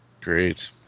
great